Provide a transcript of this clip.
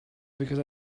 because